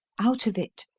out of it.